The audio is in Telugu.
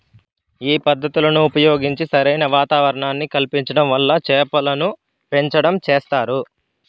ఈ పద్ధతులను ఉపయోగించి సరైన వాతావరణాన్ని కల్పించటం వల్ల చేపలను పెంచటం చేస్తారు